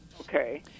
Okay